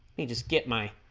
me just get my